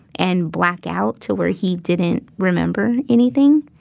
and blackout to where he didn't remember anything.